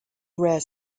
rare